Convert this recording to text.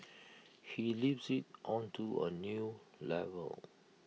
he lifts IT onto A new level